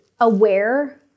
aware